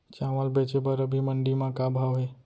चांवल बेचे बर अभी मंडी म का भाव हे?